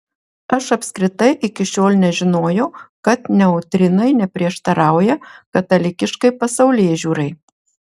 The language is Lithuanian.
aš apskritai iki šiol nežinojau kad neutrinai neprieštarauja katalikiškai pasaulėžiūrai